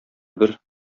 бер